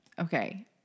Okay